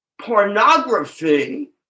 pornography